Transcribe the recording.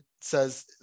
says